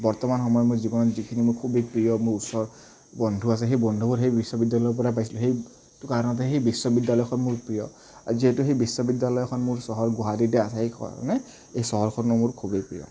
বৰ্তমান সময়ত মোৰ জীৱনত যিখিনি মোৰ খুবেই প্ৰিয় মোৰ ওচৰত বন্ধু আছে সেই বন্ধুবোৰ সেই বিশ্ববিদ্য়ালয়ৰ পৰা পাইছিলোঁ সেইটো কাৰণতে সেই বিশ্ববিদ্য়ালয়খন মোৰ প্ৰিয় আৰু যিহেতু সেই বিশ্ববিদ্য়ালয়খন মোৰ চহৰ গুৱাহাটীতে আছে সেইকাৰণে এই চহৰখনো মোৰ খুবেই প্ৰিয়